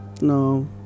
no